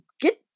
get